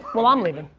well, i'm leaving.